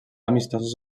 amistosos